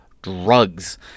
drugs